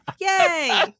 Yay